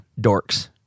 dorks